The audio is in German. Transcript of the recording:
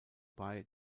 bei